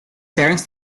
parents